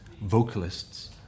vocalists